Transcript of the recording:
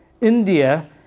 India